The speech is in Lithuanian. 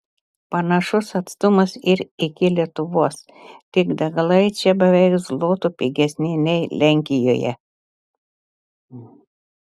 panašus atstumas ir iki lietuvos tik degalai čia beveik zlotu pigesni nei lenkijoje